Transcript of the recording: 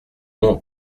nom